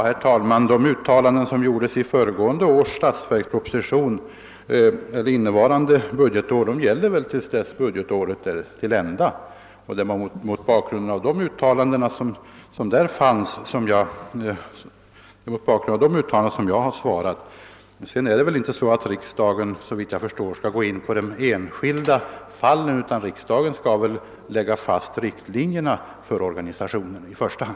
Herr talman! De uttalanden som i förra årets statsverksproposition gjordes om innevarande budgetår gäller givetvis till dess budgetåret är till ända, och det är mot bakgrunden av de uttalandena som jag har svarat. Sedan är det såvitt jag förstår inte så att riksdagen skall ingå på de enskilda fallen, utan riksdagen skall i första hand fastlägga riktlinjerna för organisationen.